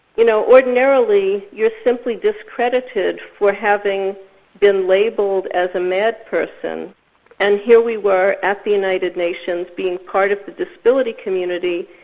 you know ordinarily you're simply discredited for having been labelled as a mad person and here we were at the united nations being part of the disability community,